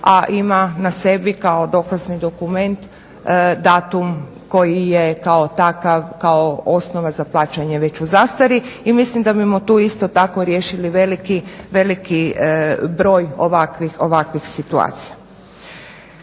a ima na sebi kao dokazni dokument datum koji je kao takav, kao osnova za plaćanje već u zastari. I mislim da bismo tu isto tako riješili veliki broj ovakvih situacija.